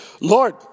Lord